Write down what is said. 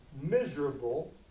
miserable